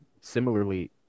similarly